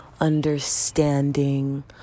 understanding